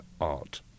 art